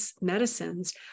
medicines